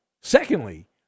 Secondly